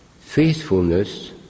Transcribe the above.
faithfulness